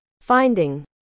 Finding